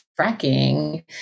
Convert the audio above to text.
fracking